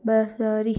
बसरी